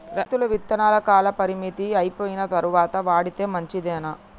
రైతులు విత్తనాల కాలపరిమితి అయిపోయిన తరువాత వాడితే మంచిదేనా?